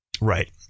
Right